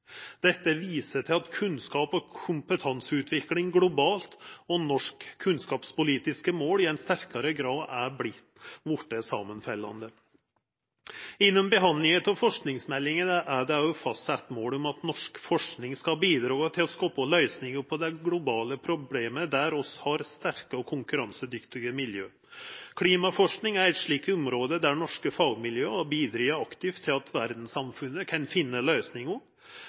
Dette viser at kunnskap og kompetanseutvikling globalt og norske kunnskapspolitiske mål i sterkare grad har vorte samanfallande. Innan behandlinga av forskingsmeldinga er det òg fastsett mål om at norsk forsking skal bidra til å skapa løysingar på dei globale problema der vi har sterke og konkurransedyktige miljø. Klimaforsking er eit slikt område der norske fagmiljø har bidrege aktivt til at verdssamfunnet kan finna løysingar,